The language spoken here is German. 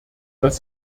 dass